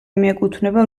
მიეკუთვნება